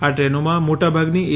આ ટ્રેનોમાં મોટાભાગની એ